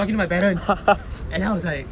talking to my parents and then I was like